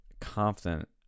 confident